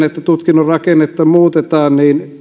että tutkinnon rakennetta muutetaan